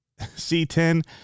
C10